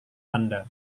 anda